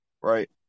right